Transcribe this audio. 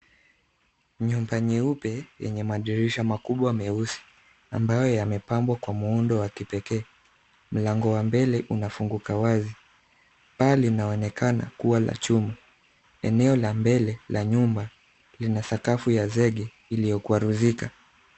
Nyumba nyeupe yenye madirisha makubwa meusi ambayo yamepambwa kwa mtindo wa kipekee. Mlango wa mbele unafunguka wazi. Paa linaonekana kuwa la chuma. Eneo la mbele la nyumba lina sakafu ya zege iliyokwaruzika.